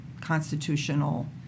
constitutional